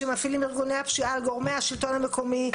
שמפעילים ארגוני הפשיעה על גורמי השלטון המקומי.